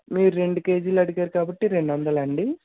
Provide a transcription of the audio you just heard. మీరు రెండు కేజీలడిగారు కాబట్టి రెండు వందలండి